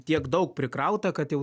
tiek daug prikrauta kad jau